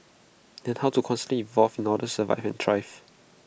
and how to constantly evolve in order to survive and thrive